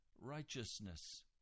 righteousness